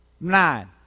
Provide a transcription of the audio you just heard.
Nine